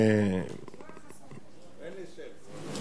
אין לי שם.